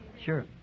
Sure